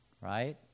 right